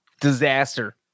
Disaster